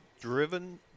driven